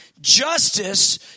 justice